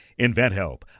InventHelp